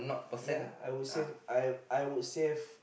ya I would save I I would save